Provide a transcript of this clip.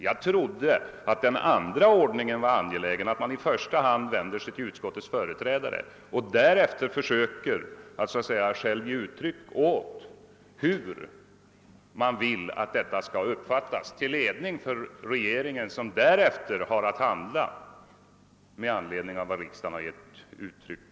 Jag trodde att den andra ordningen var angelägen, d. v. s. att man i första hand vänder sig till utskottets företrädare och sedan själv försöker ge uttryck åt hur man vill att det heia skall uppfattas, till ledning för regeringen som därefter har att handla med anledning av vad riksdagen har givit till känna.